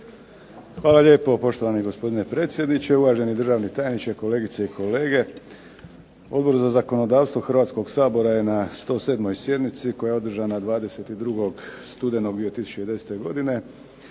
Hvala lijepo. Poštovani gospodine predsjedniče, uvaženi državni tajniče, kolegice i kolege. Odbor za zakonodavstvo Hrvatskog sabora je na 107 sjednici koja je održana 22. studenog 2010. godine